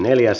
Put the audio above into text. asia